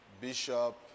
Bishop